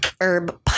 herb